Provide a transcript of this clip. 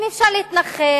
אם אפשר להתנחל,